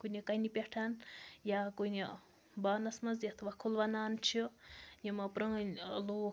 کُنہِ کَنہِ پٮ۪ٹھ یا کُنہِ بانَس منٛز یَتھ وۄکھُل وَنان چھِ یِم پرٲنۍ ٲں لوٗکھ